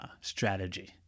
strategy